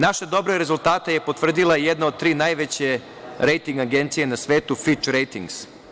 Naše dobre rezultate je potvrdila jedna od tri najveće rejting agencije na svetu „Fič rejtings“